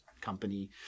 company